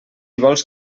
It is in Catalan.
vols